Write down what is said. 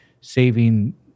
saving